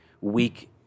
weak